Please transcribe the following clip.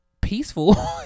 peaceful